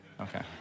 Okay